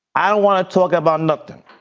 i don't want to talk about nothing